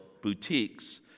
boutiques